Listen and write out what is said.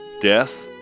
death